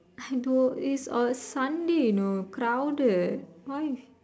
I told you it's on Sunday know crowded why